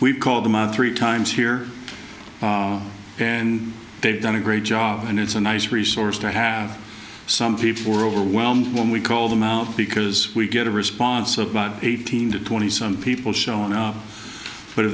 we call them out three times here and they've done a great job and it's a nice resource to have some people were overwhelmed when we call them out because we get a response about eighteen to twenty people showing up